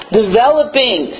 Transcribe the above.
developing